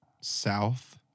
south